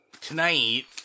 tonight